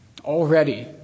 Already